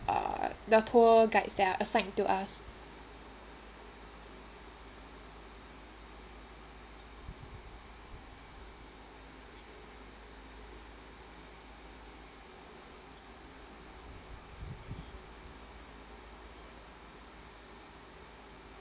uh the tour guides that are assigned to us